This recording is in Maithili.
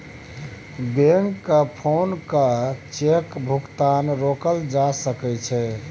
बैंककेँ फोन कए चेकक भुगतान रोकल जा सकै छै